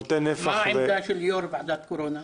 מה עמדתו של יושב-ראש ועדת קורונה?